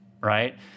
right